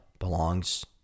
belongs